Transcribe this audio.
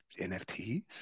NFTs